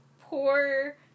poor